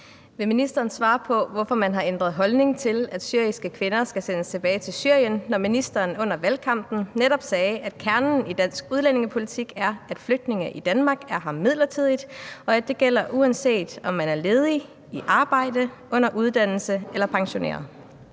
Vil ministeren svare på, hvorfor man har ændret holdning til, at syriske kvinder skal sendes tilbage til Syrien, når ministeren under valgkampen netop sagde, at kernen i dansk udlændingepolitik er, at flygtninge i Danmark er her midlertidigt, og at det gælder, uanset om man er ledig, i arbejde, under uddannelse eller pensioneret?